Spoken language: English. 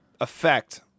effect